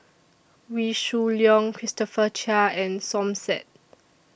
Wee Shoo Leong Christopher Chia and Som Said